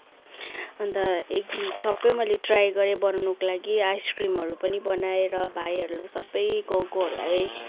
अन्त एकदिन सबै मैले ट्राइ गरेँ बनाउनको लागि आइस क्रिमहरू पनि बनाएर भाइहरूलाई सबै गाउँकोहरूलाई